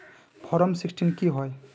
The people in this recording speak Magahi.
फारम सिक्सटीन की होय?